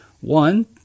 One